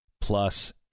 plus